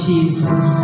Jesus